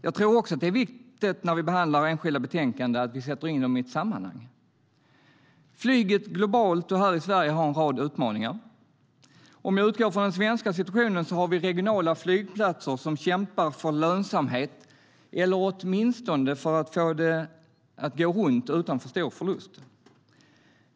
Jag tror också att det är viktigt när vi behandlar enskilda betänkanden att vi sätter in dem i ett sammanhang. Flyget globalt och här i Sverige har en rad utmaningar. Om vi utgår från den svenska situationen har vi regionala flygplatser som kämpar för lönsamhet eller åtminstone för att få det att gå runt utan för stor förlust.